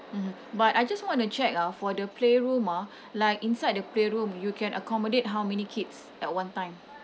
mmhmm but I just wanna check ah for the playroom ah like inside the playroom you can accommodate how many kids at one time